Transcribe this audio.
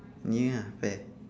ni ah pair